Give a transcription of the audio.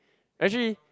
actually